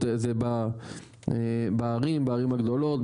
בערים הגדולות,